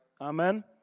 Amen